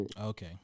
Okay